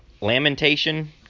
lamentation